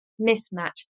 mismatch